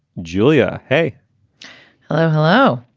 julia, hey hello. hello.